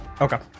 okay